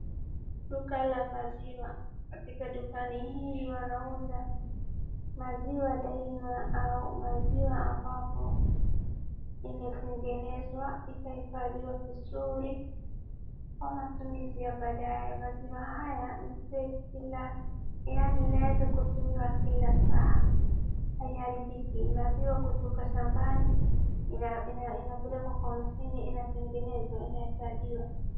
Duka la maziwa. Katika dukani hili wanauza maziwa Daima au maziwa ambapo imetengenezwa ikahifadhiwa vizuri kwa matumizi ya baadaye. Maziwa haya ni safe kila, yaani inaweza kutumiwa kila saa, haiharibiki. Maziwa kutoka shambani ina, ina, inapelekwa kwa mashini, inatengenezwa, inahifadhiwa.